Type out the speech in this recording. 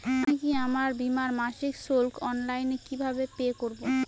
আমি কি আমার বীমার মাসিক শুল্ক অনলাইনে কিভাবে পে করব?